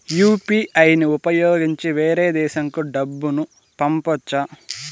UPI ని ఉపయోగించి వేరే దేశంకు డబ్బును పంపొచ్చా?